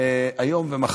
היום ומחר.